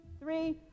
three